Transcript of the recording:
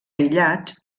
aïllats